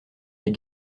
les